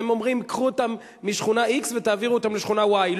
אתם אומרים: קחו אותם משכונה x ותעבירו אותם לשכונה y.